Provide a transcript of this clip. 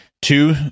Two